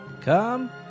Come